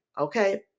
okay